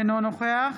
אינו נוכח